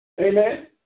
Amen